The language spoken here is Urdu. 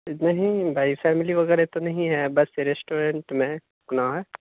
نہیں بھائی فیملی وغیرہ تو نہیں ہے بس ریسٹورنٹ میں رکنا ہے